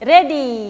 Ready